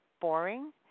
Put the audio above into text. boring